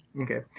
Okay